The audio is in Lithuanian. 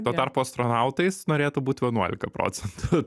tuo tarpu astronautais norėtų būt vienuolika procentų